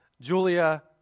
Julia